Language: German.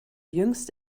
jüngst